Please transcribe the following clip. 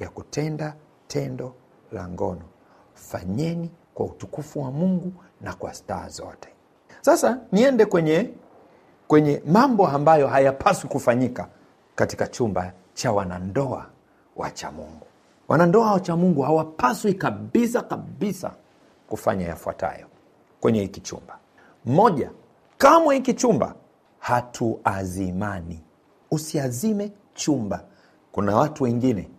ya kutenda tendo la ngono. Fanyeni kwa utukufu wa Mungu na kwa staa zote. Sasa, niende kwenye- kwenye mambo ambayo hayapaswi kufanyika katika chumba cha wanandoa wa cha Mungu. Wanandoa wa cha Mungu hawapaswi kabisa- kabisa kufanya yafuatayo kwenye hiki chumba. Moja, kamwe hiki chumba hatuazimani. Usiazime chumba. Kuna watu wengine